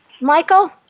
Michael